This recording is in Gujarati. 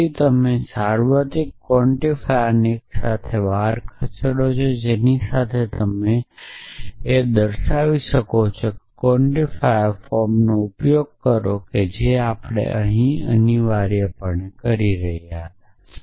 અને પછી તમે સાર્વત્રિક ક્વોન્ટિફાયરને એક સાથે બહાર ખસેડો જેની સાથે તેઓ એક સાથે હોય છે તમે તેને બહાર કાઢી શકો છો ક્વોન્ટિફાયર ફોર્મનો ઉપયોગ કરો જે આપણે અહીં અનિવાર્યપણે કરી રહ્યા હતા